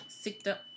sicked-up